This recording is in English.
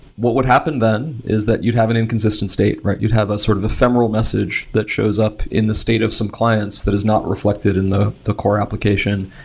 what would happen then is that you'd have an inconsistent state. you'd have a sort of ephemeral message that shows up in the state of some clients that is not reflected in the the core application.